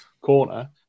corner